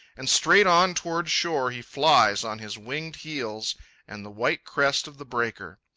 and straight on toward shore he flies on his winged heels and the white crest of the breaker.